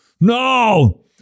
no